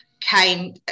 came